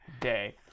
day